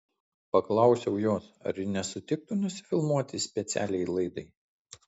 paklausiau jos ar ji nesutiktų nusifilmuoti specialiai laidai